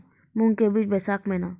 मूंग के बीज बैशाख महीना